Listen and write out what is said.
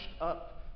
up